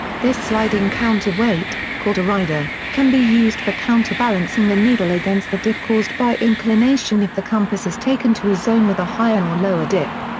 this sliding counterweight, called a rider, can be used for counterbalancing the needle against the dip caused by inclination if the compass is taken to a zone with a higher or lower dip.